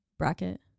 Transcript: Bracket